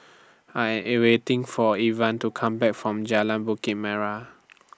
I Am A waiting For Ivah to Come Back from Jalan Bukit Merah